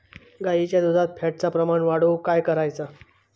गाईच्या दुधात फॅटचा प्रमाण वाढवुक काय करायचा?